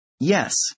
Yes